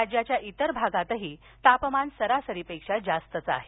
राज्याच्या इतर भागातही तापमान सरासरी पेक्षा जास्तच आहे